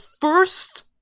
first